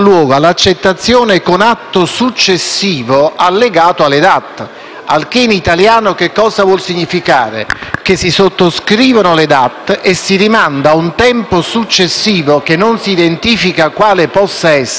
DAT. In italiano cosa vuol significare? Che si sottoscrivono le DAT e si rimanda a un tempo successivo, che non si identifica quale possa essere, l'indicazione e la definizione del fiduciario.